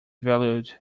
valued